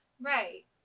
Right